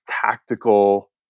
tactical